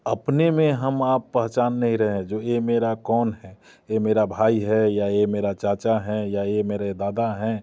अपने में हम आप पहचान नहीं रहे हैं जो ये मेरा कौन है ये मेरा भाई है या ये मेरा चाचा हैं या ये मेरे दादा हैं